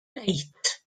eight